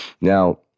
Now